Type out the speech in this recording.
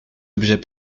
objets